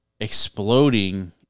exploding